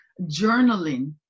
journaling